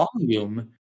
volume